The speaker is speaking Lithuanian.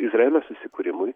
izraelio susikūrimui